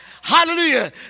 Hallelujah